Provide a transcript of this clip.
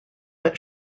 but